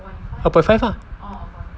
upon five lah